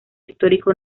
histórico